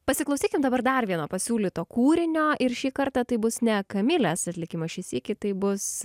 pasiklausykim dabar dar vieno pasiūlyto kūrinio ir šį kartą tai bus ne kamilės atlikimas šį sykį tai bus